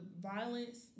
violence